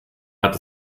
hat